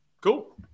cool